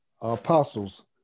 apostles